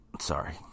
Sorry